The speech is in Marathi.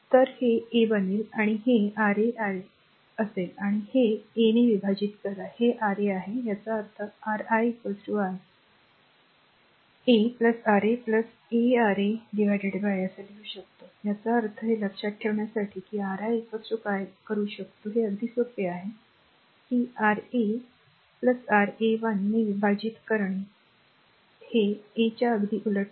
तर ते a बनेल आणि हे r a R a असेल आणि हे a ने विभाजित करा हे r a आहे याचा अर्थ Ri I ह a R a a R a a असे लिहू शकतो याचा अर्थ हे लक्षात ठेवण्यासाठी की Ri काय करू शकतो एक हे अगदी सोपे आहे की r a a R a R a 1 ने विरूद्ध विभाजित करणे हे a च्या अगदी उलट आहे